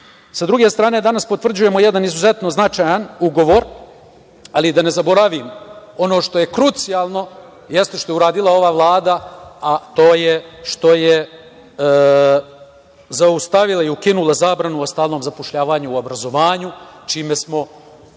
druge strane, danas potvrđujemo jedan izuzetno značajan ugovor, ali da ne zaboravim, ono što je krucijalno, jeste što je uradila ova Vlada, to je što je zaustavila i ukinula zabranu o stalnom zapošljavanju u obrazovanju, čime smo